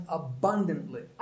abundantly